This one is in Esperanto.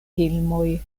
filmoj